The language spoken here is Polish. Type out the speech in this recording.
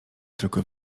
tylko